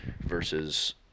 versus